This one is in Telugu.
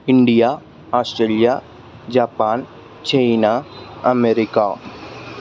India Australia Japan China America